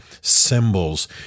symbols